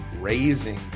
raising